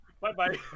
Bye-bye